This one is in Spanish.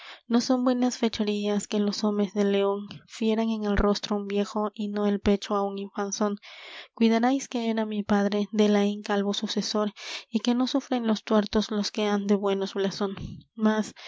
no son buenas fechorías que los homes de león fieran en el rostro á un viejo y no el pecho á un infanzón cuidarais que era mi padre de laín calvo sucesor y que no sufren los tuertos los que han de buenos blasón mas